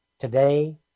Today